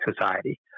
society